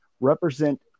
represent